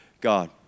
God